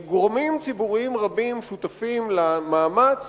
גורמים ציבוריים רבים שותפים למאמץ